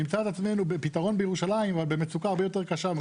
נמצא את עצמנו בפתרון בירושלים אבל במצוקה הרבה יותר קשה.